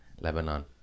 Lebanon